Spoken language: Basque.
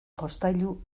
jostailu